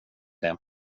det